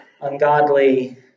ungodly